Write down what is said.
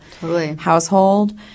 household